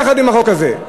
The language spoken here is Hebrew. יחד עם החוק הזה.